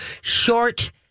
short